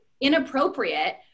inappropriate